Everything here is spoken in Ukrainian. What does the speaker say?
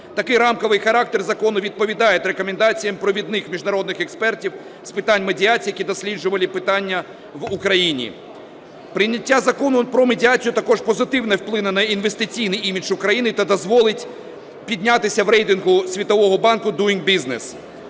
Такий рамковий характер закону відповідає рекомендаціям провідних міжнародних експертів з питань медіації, які досліджували питання в Україні. Прийняття Закону про медіацію також позитивно вплине на інвестиційний імідж України та дозволить піднятися в рейтингу Світового банку Doing Business.